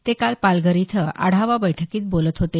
ते काल पालघर इथं आढावा बैठकीत बोलत होते